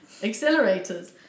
accelerators